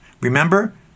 Remember